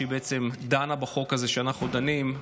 שבעצם דנה בחוק הזה שאנחנו דנים בו.